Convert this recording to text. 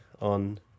on